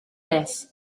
less